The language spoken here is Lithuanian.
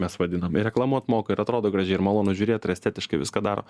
mes vadinam ir reklamuot moka ir atrodo gražiai ir malonu žiūrėt ir estetiškai viską daro